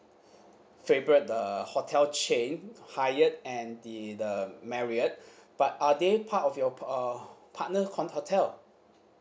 favourite uh hotel chain hyatt and the the marriott but are they part of your uh partner ho~ hotel